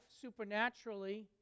supernaturally